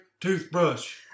toothbrush